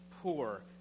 poor